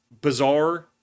bizarre